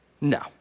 no